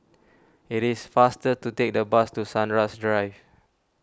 It is faster to take the bus to Sunrise Drive